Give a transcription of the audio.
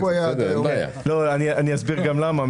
אני אסביר גם למה.